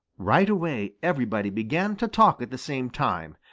right away everybody began to talk at the same time.